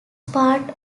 part